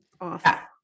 off